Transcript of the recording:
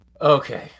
Okay